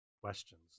questions